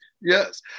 Yes